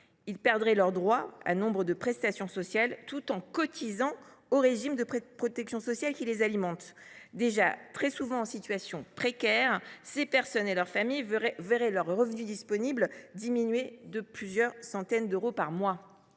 ci perdraient leurs droits à nombre de prestations sociales tout en cotisant aux régimes de protection sociale qui les alimentent. Déjà très souvent en situation précaire, les personnes concernées ainsi que leur famille verraient leur revenu disponible diminuer de plusieurs centaines d’euros par mois.